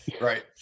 Right